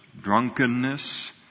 drunkenness